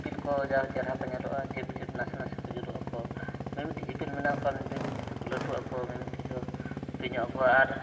ᱤᱯᱤᱞ ᱠᱚ ᱡᱟ ᱪᱮᱦᱨᱟ ᱠᱚ ᱧᱮᱞᱚᱜᱼᱟ ᱡᱷᱤᱯ ᱡᱷᱤᱯ ᱱᱟᱥᱮ ᱱᱟᱥᱮ ᱠᱚ ᱡᱩᱞᱩᱜ ᱟᱠᱚ ᱢᱤᱼᱢᱤᱫᱴᱤᱡ ᱤᱯᱤᱞ ᱢᱮᱱᱟᱜ ᱠᱚᱣᱟ ᱢᱤᱼᱢᱤᱫᱴᱤᱡ ᱫᱚᱠᱚ ᱞᱟᱹᱴᱩᱜ ᱟᱠᱚ ᱢᱤᱼᱢᱤᱫᱴᱤᱡ ᱫᱚ ᱦᱩᱰᱤᱧ ᱧᱚᱜ ᱟᱠᱚ ᱟᱨ